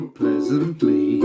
pleasantly